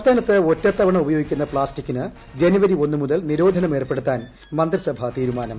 സംസ്ഥാനത്ത് ഒറ്റതവണ ഉപയോഗിക്കുന്ന പ്ലാസ്റ്റിക്കിന് ജനുവരി ഒന്നു മുതൽ നിരോധനം ഏർപ്പെടുത്താൻ മന്ത്രിസഭാ തീരുമാനം